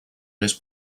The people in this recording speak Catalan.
més